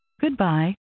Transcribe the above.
Goodbye